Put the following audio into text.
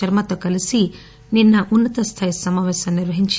శర్మతో కలిసి నిన్న ఉన్నతస్థాయి సమాపేశం నిర్వహించి